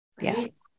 yes